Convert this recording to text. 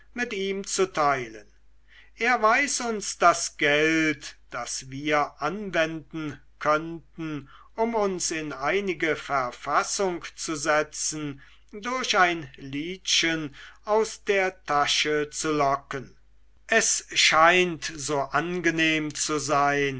mit ihm zu teilen er weiß uns das geld das wir anwenden könnten um uns in einige verfassung zu setzen durch ein liedchen aus der tasche zu locken es scheint so angenehm zu sein